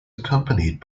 accompanied